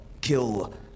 kill